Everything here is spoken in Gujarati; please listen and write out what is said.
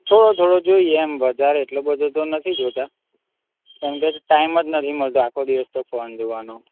થોડો થોડો જોઈએ એમ વધારે એટલો બધો તો નથી જોતા કેમ કે ટાઇમ જ નથી મડતો આખો દિવસ તો ફોન જોવાનો